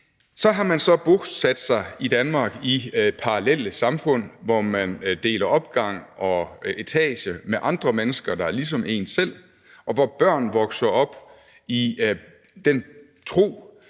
Så har man så bosat sig i Danmark i parallelle samfund, hvor man deler opgang og etage med andre mennesker, der er ligesom en selv, og hvor børn vokser op i den tro,